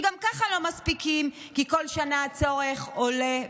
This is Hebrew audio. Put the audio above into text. שגם ככה לא מספיקים כי כל שנה הצורך עולה ועולה.